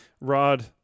Rod